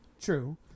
True